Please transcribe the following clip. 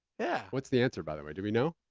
yeah! what's the answer, by the way? do you know?